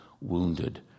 wounded